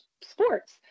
sports